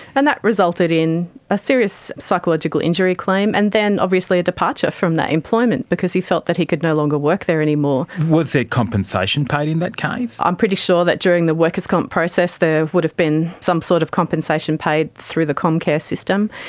and that resulted in a serious psychological injury claim, and then obviously a departure from that employment because he felt that he could no longer work there anymore. was there compensation paid in that case? i'm pretty sure that during the workers comp process there would have been some sort of compensation paid through the comcare system.